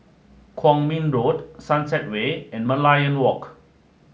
Kwong Min Road Sunset Way and Merlion Walk